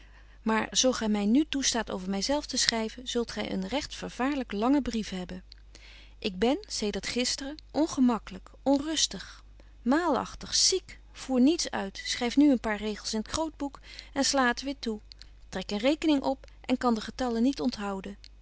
maar zo gy my nu toestaat over my zelf te schryven zult gy een regt vervaarlyk langen brief hebben ik ben zedert gisteren ongemaklyk onrusbetje wolff en aagje deken historie van mejuffrouw sara burgerhart tig maalagtig ziek voer niets uit schryf nu een paar regels in t grootboek en sla het weer toe trek een rekening op en kan de getallen niet onthouden